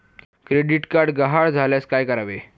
Credit card गहाळ झाल्यास काय करावे?